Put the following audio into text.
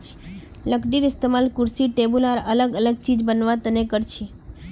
लकडीर इस्तेमाल कुर्सी टेबुल आर अलग अलग चिज बनावा तने करछी